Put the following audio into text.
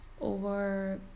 over